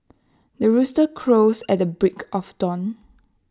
the rooster crows at the break of dawn